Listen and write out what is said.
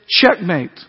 Checkmate